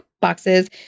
boxes